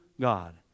God